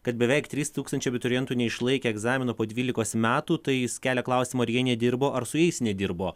kad beveik trys tūkstančiai abiturientų neišlaikė egzamino po dvylikos metų tai jis kelia klausimų ar jie nedirbo ar su jais nedirbo